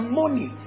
money